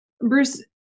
Bruce